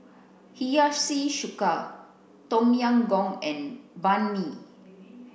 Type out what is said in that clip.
Hiyashi Chuka Tom Yam Goong and Banh Mi